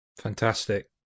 fantastic